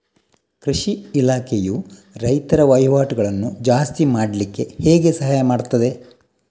ಕೃಷಿ ಇಲಾಖೆಯು ರೈತರ ವಹಿವಾಟುಗಳನ್ನು ಜಾಸ್ತಿ ಮಾಡ್ಲಿಕ್ಕೆ ಹೇಗೆ ಸಹಾಯ ಮಾಡ್ತದೆ?